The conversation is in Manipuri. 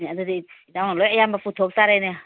ꯑꯗꯨꯗꯤ ꯏꯇꯥꯎꯅ ꯂꯣꯏ ꯑꯌꯥꯝꯕ ꯄꯨꯊꯣꯛ ꯇꯥꯔꯦꯅꯦ